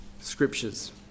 scriptures